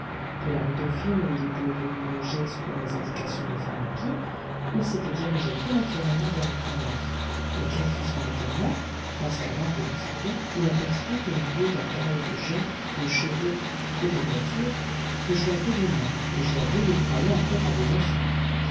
de la rue dauphine où il était venu loger selon les indications de finlappi il s'était dirigé tout naturellement vers le pont-neuf et quel fut son étonnement lorsqu'à l'angle de ce pont il aperçut au milieu d'un chaos de gens de chevaux et de voitures le joaillier lui-même le joaillier u'il croyait encore à besançon